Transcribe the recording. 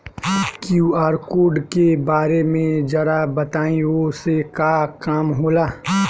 QR code के बारे में जरा बताई वो से का काम होला?